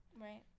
Right